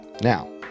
Now